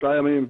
שלושה ימים.